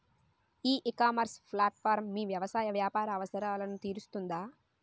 ఈ ecommerce platform మీ వ్యవసాయ వ్యాపార అవసరాలను తీరుస్తుందా?